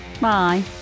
Bye